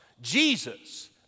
Jesus